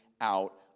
out